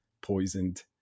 poisoned